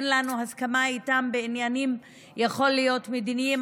הסכמה איתן בעניינים מדיניים,